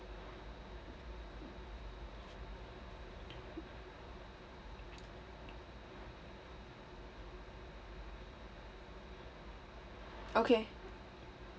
okay